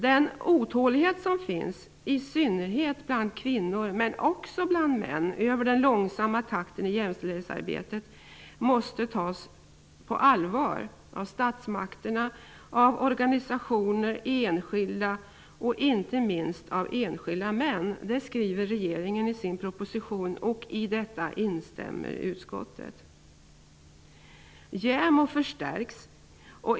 Den otålighet som finns -- i synnerhet bland kvinnor, men också bland män -- inför den långsamma takten i jämställdhetsarbetet måste tas på allvar av statsmakterna, av organisationer och enskilda och, inte minst, av enskilda män, skriver regeringen i sin proposition. I detta instämmer utskottet. JämO förstärks.